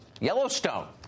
Yellowstone